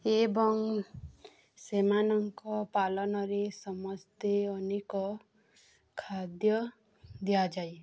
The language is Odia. ଏବଂ ସେମାନଙ୍କ ପାଳନରେ ସମସ୍ତେ ଅନେକ ଖାଦ୍ୟ ଦିଆଯାଏ